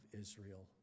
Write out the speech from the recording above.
Israel